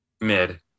Mid